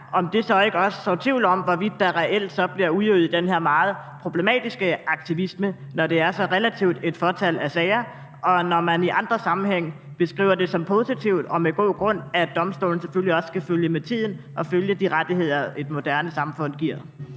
om det så ikke også sår tvivl om, hvorvidt der reelt bliver udøvet den her meget problematiske aktivisme, når det er så relativt et fåtal af sager, og når man i andre sammenhænge beskriver det som positivt – og med god grund – at domstolen selvfølgelig også skal følge med tiden og følge de rettigheder, et moderne samfund giver.